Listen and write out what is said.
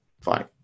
fine